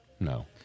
No